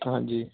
ਹਾਂਜੀ